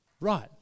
right